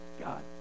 God